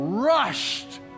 rushed